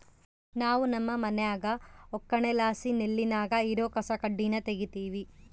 ನಾವು ನಮ್ಮ ಮನ್ಯಾಗ ಒಕ್ಕಣೆಲಾಸಿ ನೆಲ್ಲಿನಾಗ ಇರೋ ಕಸಕಡ್ಡಿನ ತಗೀತಿವಿ